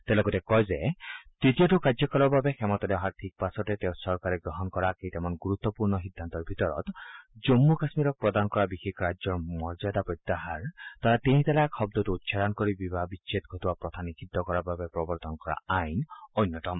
তেওঁ লগতে কয় যে দ্বিতীয়টো কাৰ্যকালৰ বাবে ক্ষমতালৈ অহাৰ ঠিক পাছতে তেওঁৰ চৰকাৰে গ্ৰহণ কৰা কেইটামান গুৰুত্পূৰ্ণ সিদ্ধান্তৰ ভিতৰত জম্মু কাশ্মীৰক প্ৰদান কৰা বিশেষ ৰাজ্যৰ মৰ্যাদা প্ৰত্যাহাৰ তথা তিনি তালাক শব্দটো উচ্চাৰণ কৰি বিবাহ বিচ্ছেদ ঘটোৱা প্ৰথা নিষিদ্ধ কৰাৰ বাবে প্ৰৱৰ্তন কৰা আইন অন্যতম